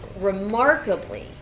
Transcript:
remarkably